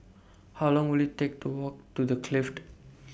How Long Will IT Take to Walk to The Clift